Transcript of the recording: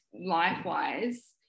life-wise